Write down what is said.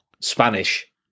Spanish